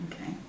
Okay